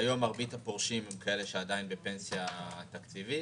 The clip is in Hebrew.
כיום מרבית הפורשים הם כאלה שעדיין בפנסיה תקציבית,